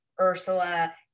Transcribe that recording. ursula